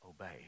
Obey